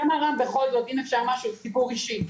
אם אפשר סיפור אישי,